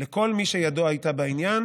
לכל מי שידו הייתה בעניין